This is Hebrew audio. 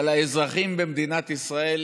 אבל האזרחים במדינת ישראל